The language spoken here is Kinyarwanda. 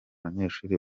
abanyeshuri